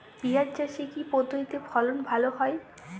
পিঁয়াজ চাষে কি পদ্ধতিতে ফলন ভালো হয়?